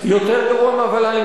יותר גרוע מהוול"לים,